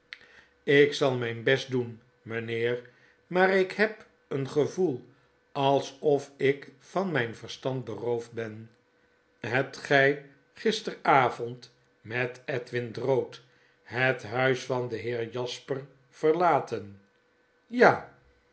ik zal myn best doen mynheer maar ik heb een gevoel alsof ik van mijn verstand beroofd ben hebt gy gisteravond met edwin drood het huis van den heer jasper verlaten ja